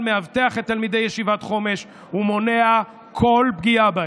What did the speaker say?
מאבטח את תלמידי ישיבת חומש ומונע כל פגיעה בהם.